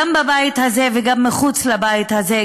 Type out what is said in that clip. גם בבית הזה וגם מחוץ לבית הזה,